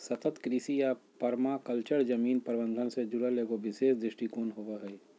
सतत कृषि या पर्माकल्चर जमीन प्रबन्धन से जुड़ल एगो विशेष दृष्टिकोण होबा हइ